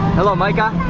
hello micah.